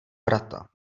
vrata